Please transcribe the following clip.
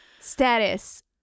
status